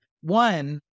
one